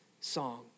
song